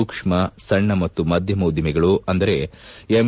ಸೂಕ್ಷ್ಮ ಸಣ್ಣ ಮತ್ತು ಮಧ್ಯಮ ಉದ್ವಿಮೆಗಳು ಅಂದರೆ ಎಂ